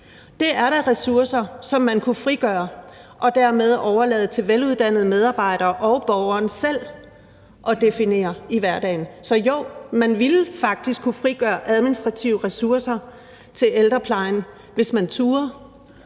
Det er da ressourcer, som man kunne frigøre og dermed overlade til veluddannede medarbejdere og borgeren selv at definere i hverdagen. Så jo, man ville faktisk kunne frigøre administrative ressourcer til ældreplejen, hvis man turde.